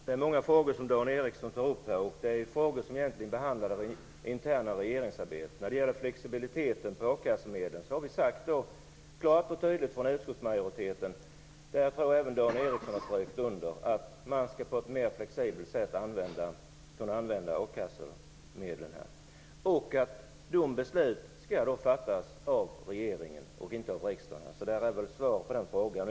Herr talman! Det är många frågor som Dan Ericsson tar upp. Det är frågor som egentligen gäller det interna regeringsarbetet. När det gäller akassemedlens flexibilitet har utskottsmajoriteten - jag tror att även Dan Ericsson har skrivit under - klart och tydligt sagt att a-kassemedlen skall kunna användas på ett mer flexibelt sätt. De besluten skall fattas av regeringen och inte av riksdagen. Det är väl svar på den frågan.